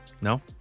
no